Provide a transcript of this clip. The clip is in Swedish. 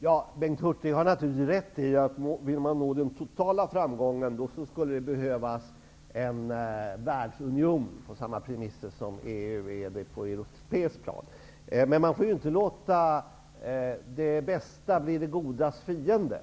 Herr talman! Bengt Hurtig har naturligtvis rätt i att om man vill nå den totala framgången skulle det behövas en världsunion på samma premisser som EU/EG på det europeiska planet. Men man får inte låta det bästa bli det godas fiende.